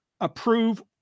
approve